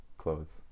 clothes